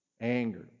Anger